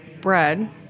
bread